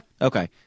Okay